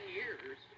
years